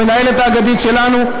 המנהלת האגדית שלנו,